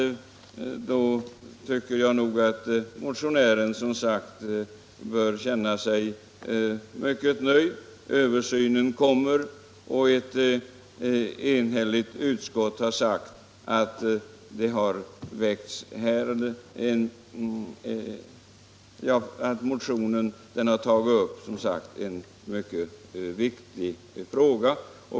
Jag tycker att motionären då bör känna sig mycket nöjd, översynen kommer, och ett enhälligt utskott har sagt att i motionen tagits upp en mycket viktig fråga.